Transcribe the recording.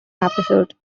episode